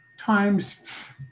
times